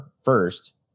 first